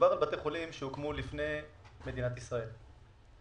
שמדובר על בתי חולים שהוקמו לפני מדינת ישראל,